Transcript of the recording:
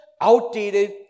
outdated